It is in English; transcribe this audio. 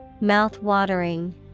Mouth-watering